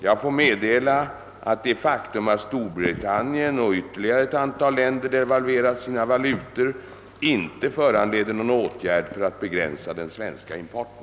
Jag får meddela att det faktum att Storbritannien och ytterligare ett antal länder devalverat sina valutor inte föranleder någon åtgärd för att begränsa den svenska importen.